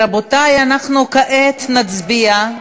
רבותי, אנחנו כעת נצביע.